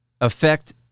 affect